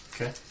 Okay